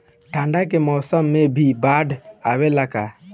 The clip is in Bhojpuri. ठंडा के मौसम में भी बाढ़ आवेला का?